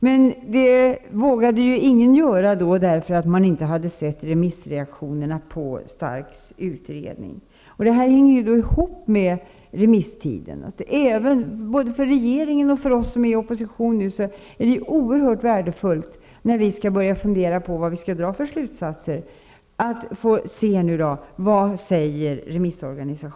Men ingen vågade göra det då, därför att man inte hade sett reaktionerna från remissinstanserna på Starks utredning. Det hänger ihop med remisstiden. Både för regeringen och för oss som nu är i opposition är det oerhört värdefullt att se vad remissinstanserna säger, när vi skall börja fundera på vilka slutsatser vi skall dra.